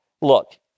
Look